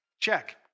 Check